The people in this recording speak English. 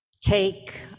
take